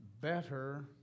better